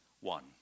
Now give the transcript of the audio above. One